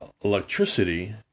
electricity